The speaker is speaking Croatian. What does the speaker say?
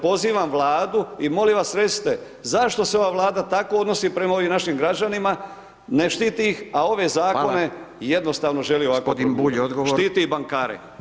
Pozivam Vladu i molim vas recite, zašto se ova Vlada tako odnosi prema ovim našim građanima, ne štiti ih, a ove zakone [[Upadica: Hvala.]] jednostavno želi ovako …/nerazumljivo/… štiti bankare.